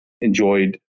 enjoyed